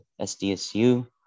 SDSU